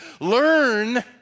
Learn